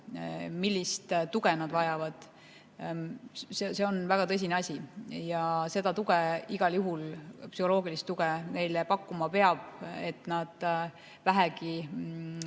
millist tuge nad vajavad, on väga tõsine asi. Ja seda tuge, igal juhul ka psühholoogilist tuge neile pakkuma peab, et nad jääksid